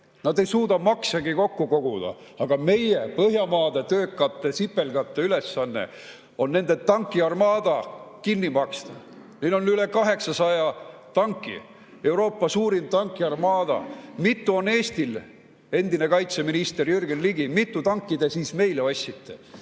Nad ei suuda maksegi kokku koguda, aga meie, põhjamaade töökate sipelgate ülesanne on nende tankiarmaada kinni maksta. Neil on üle 800 tanki, Euroopa suurim tankiarmaada. Mitu on Eestil? Endine kaitseminister Jürgen Ligi, mitu tanki te siis meile ostsite?